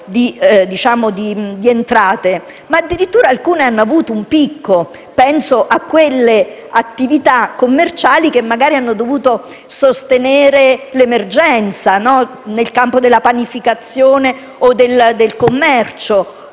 di entrate, ma addirittura alcune hanno registrato un picco: penso a quelle attività commerciali, che magari hanno dovuto sostenere l'emergenza, nel campo della panificazione o del commercio